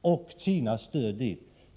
och Kinas stöd till honom.